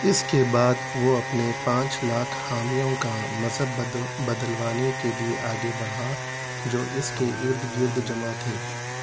اس کے بعد وہ اپنے پانچ لاکھ حامیوں کا مذہب بدلوانے کے لیے آگے بڑھا جو اس کے ارد گرد جمع تھے